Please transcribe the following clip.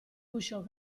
guscio